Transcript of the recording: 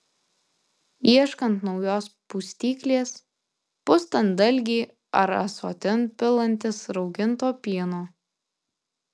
ieškant naujos pustyklės pustant dalgį ar ąsotin pilantis rauginto pieno